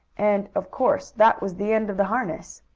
and, of course, that was the end of the harness.